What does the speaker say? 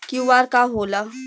QR का होला?